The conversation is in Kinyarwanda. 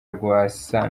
rwasa